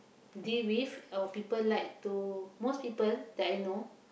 deal with or people like to most people that I know